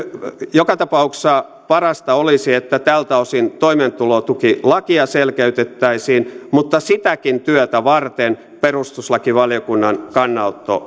joka tapauksessa parasta olisi että tältä osin toimeentulotukilakia selkeytettäisiin mutta sitäkin työtä varten perustuslakivaliokunnan kannanotto